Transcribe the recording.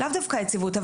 לאו דווקא יציבות.